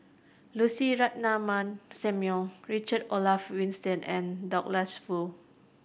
Lucy Ratnammah Samuel Richard Olaf Winstedt and Douglas Foo